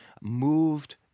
moved